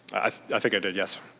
i i think i did, yes.